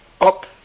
up